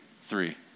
three